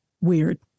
weird